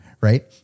right